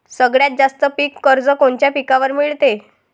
सगळ्यात जास्त पीक कर्ज कोनच्या पिकावर मिळते?